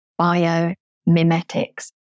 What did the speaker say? biomimetics